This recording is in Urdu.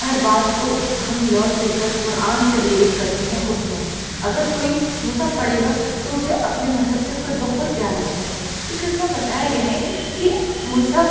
ہر بات کو ہم لوٹ پھر کے قرآن سے ریلیٹ کرتے ہیں اس میں اگر کوئی مصحف پڑھے گا تو اسے اپنے مذہب سے خود بخود پیار ہو جائے گا کیوں کہ اس میں بتایا گیا ہے کہ مصحف